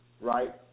right